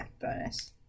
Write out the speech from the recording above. bonus